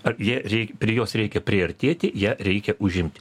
ar ją reik prie jos reikia priartėti ją reikia užimti